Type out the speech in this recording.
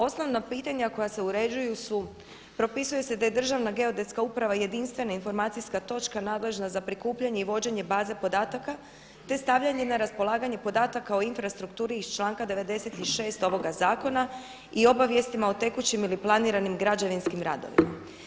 Osnovna pitanja koja se uređuju su: propisuje se da je Državna geodetska uprava jedinstvena informacijska točka nadležna za prikupljanje i vođenje baze podataka, te stavljanje na raspolaganje podataka o infrastrukturi iz članka 96. ovoga Zakona i obavijestima o tekućim ili planiranim građevinskim radovima.